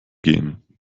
gehen